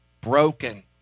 broken